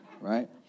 right